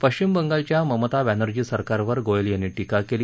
पश्चिम बंगालच्या ममता बनर्जी सरकारवर गोयल यांनी टीका केली